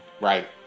Right